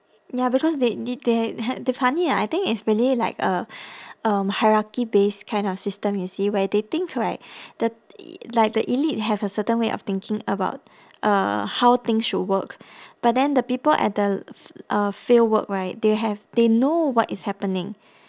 ya because they did they had the ah I think it's really like a um hierarchy based kind of system you see where they think right the e~ like the elite have a certain way of thinking about uh how things should work but then the people at the uh fieldwork right they have they know what is happening